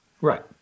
right